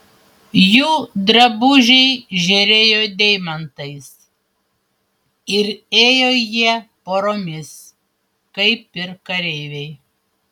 jų drabužiai žėrėjo deimantais ir ėjo jie poromis kaip ir kareiviai